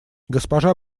госпожа